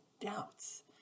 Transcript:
doubts